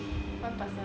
one person